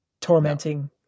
tormenting